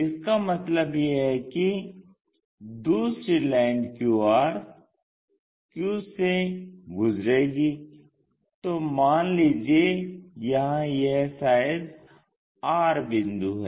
इसका मतलब यह है कि दूसरी लाइन Q से गुजरेगी तो मान लीजिये यहाँ यह शायद R बिंदु है